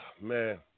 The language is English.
man